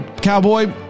Cowboy